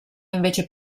invece